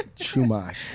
Chumash